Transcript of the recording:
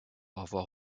avoir